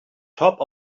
top